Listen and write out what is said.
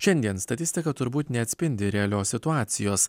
šiandien statistika turbūt neatspindi realios situacijos